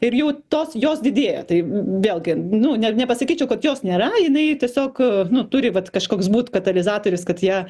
ir jau tos jos didėja tai vėlgi nu ne nepasakyčiau kad jos nėra jinai tiesiog nu turi vat kažkoks būt katalizatorius kad ją